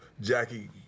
Jackie